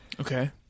Okay